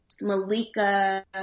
Malika